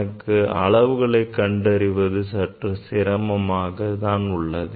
எனக்கு அளவுகளை கண்டறிவது சற்று சிரமமாக உள்ளது